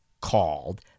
called